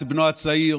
את בנו הצעיר.